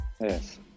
Yes